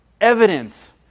evidence